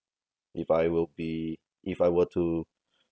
if I will be if I were to